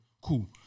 Cool